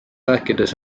rääkides